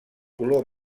color